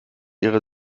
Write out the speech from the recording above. ihre